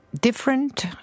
different